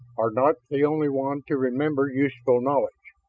are not the only one to remember useful knowledge.